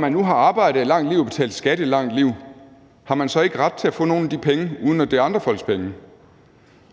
man nu har arbejdet et langt liv og betalt skat i et langt liv, har man så ikke ret til at få nogle af de penge, uden at det er andre folks penge?